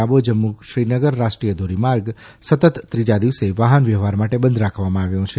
લાંબો જમ્મુ શ્રીનગર રાષ્ટ્રીય ધોરીમાર્ગ સતત ત્રીજા દિવસે વાહનવ્યવહાર માટે બંધ રાખવામાં આવ્યો છે